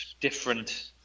different